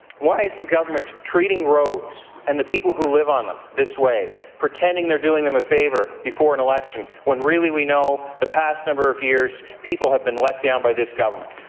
why is the government treating roads and the people who live on them this way? pretending they are doing them a favour before an election when really know the past number of years, people have been let down by this government?